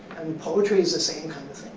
and poetry is the same kind